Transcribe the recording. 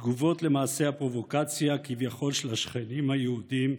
תגובות על מעשי הפרובוקציה כביכול של השכנים היהודים,